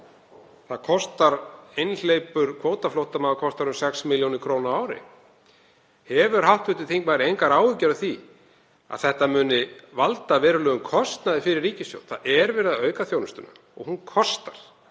stóra hóp. Einhleypur kvótaflóttamaður kostar um 6 millj. kr. á ári. Hefur hv. þingmaður engar áhyggjur af því að þetta muni valda verulegum kostnaði fyrir ríkissjóð? Það er verið að auka þjónustuna og hún kostar.